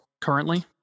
currently